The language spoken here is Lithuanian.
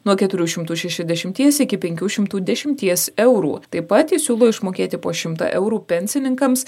nuo keturių šimtų šešiasdešimties iki penkių šimtų dešimties eurų taip pat jis siūlo išmokėti po šimtą eurų pensininkams